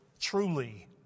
truly